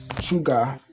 sugar